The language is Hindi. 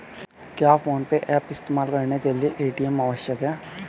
क्या फोन पे ऐप इस्तेमाल करने के लिए ए.टी.एम आवश्यक है?